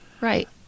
right